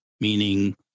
meaning